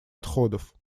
отходов